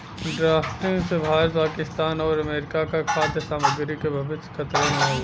drafting से भारत पाकिस्तान आउर America क खाद्य सामग्री क भविष्य खतरे में हउवे